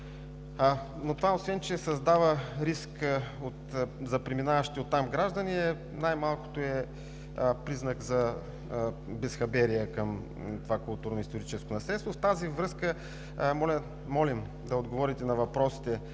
Но това, освен че създава риск за преминаващите оттам граждани, най-малкото е признак за безхаберие към това културно-историческо наследство. В тази връзка молим да отговорите на въпросите: